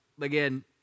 again